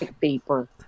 paper